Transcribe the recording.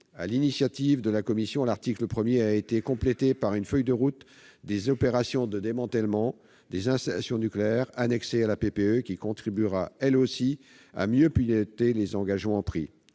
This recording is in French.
l'initiative de la commission, l'article 1 a été complété par une « feuille de route relative aux opérations de démantèlement des installations nucléaires » annexée à la PPE qui contribuera, elle aussi, à mieux piloter les engagements pris.